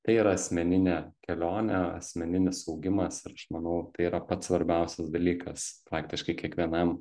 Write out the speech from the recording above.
tai yra asmeninė kelionė asmeninis augimas ir aš manau tai yra pats svarbiausias dalykas praktiškai kiekvienam